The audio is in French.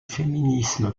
féminisme